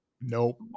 Nope